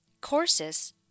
courses